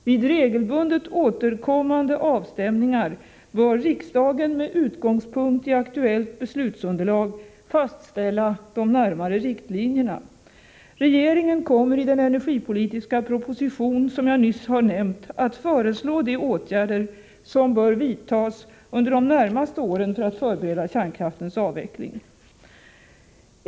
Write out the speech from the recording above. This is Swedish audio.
Vid regelbundet återkommande avstämningar bör riksdagen med utgångspunkt i aktuellt beslutsunderlag fastställa de närmare riktlinjerna. Regeringen kommer i den energipolitiska proposition som jag nyss har nämnt att föreslå de åtgärder som bör vidtas under de närmaste åren för att förbereda kärnkraftens avveckling.